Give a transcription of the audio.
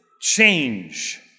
change